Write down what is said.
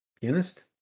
pianist